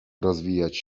rozwijać